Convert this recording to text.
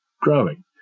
growing